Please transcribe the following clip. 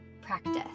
practice